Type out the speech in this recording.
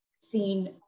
seen